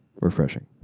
refreshing